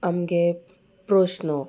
आमगे प्रश्न हो